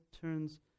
turns